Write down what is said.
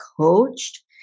coached